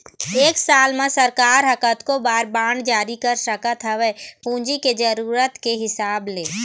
एक साल म सरकार ह कतको बार बांड जारी कर सकत हवय पूंजी के जरुरत के हिसाब ले